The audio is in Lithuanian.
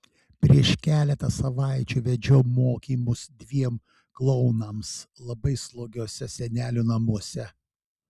prieš keletą savaičių vedžiau mokymus dviem klounams labai slogiuose senelių namuose